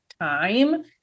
time